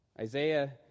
Isaiah